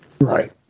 right